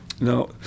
No